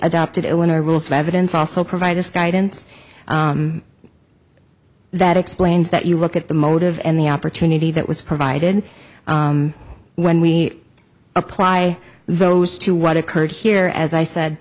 adopted it when our rules of evidence also provide us guidance that explains that you look at the motive and the opportunity that was provided when we apply those to what occurred here as i